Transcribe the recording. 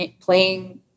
playing